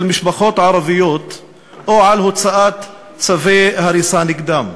משפחות ערביות או על הוצאת צווי הריסה נגדם.